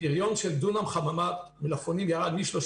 הפריון של דונם חממה מלפפונים ירד מ-35